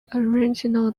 original